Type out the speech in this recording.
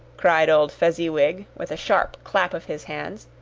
cried old fezziwig, with a sharp clap of his hands,